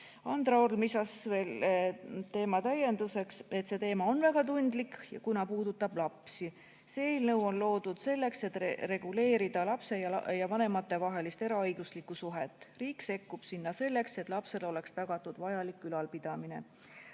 Andra Olm lisas teema täienduseks, et see teema on väga tundlik, kuna puudutab lapsi. See eelnõu on loodud selleks, et reguleerida lapse ja vanemate vahelist eraõiguslikku suhet. Riik sekkub sinna selleks, et lapsele oleks tagatud vajalik ülalpidamine.